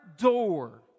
door